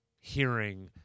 hearing